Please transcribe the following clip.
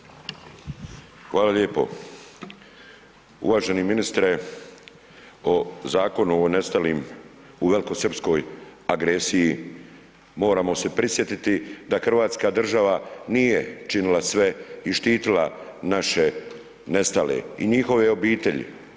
Hvala lijepo, uvaženi ministre o Zakonu o nestalim u velkosrpskoj agresiji moramo se prisjetiti da Hrvatska država nije činila sve i štitila naše nestale i njihove obitelji.